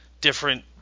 different